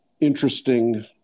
interesting